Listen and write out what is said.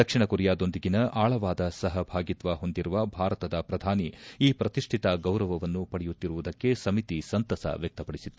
ದಕ್ಷಿಣ ಕೊರಿಯಾದೊಂದಿಗೆ ಆಳವಾದ ಸಹಭಾಗಿತ್ವ ಹೊಂದಿರುವ ಭಾರತದ ಪ್ರಧಾನಿ ಈ ಪ್ರತಿಷ್ಠಿತ ಗೌರವನ್ನು ಪಡೆಯುತ್ತಿರುವುದಕ್ಕೆ ಸಮಿತಿ ಸಂತಸ ವ್ಯಕ್ತ ಪಡಿಸಿತ್ತು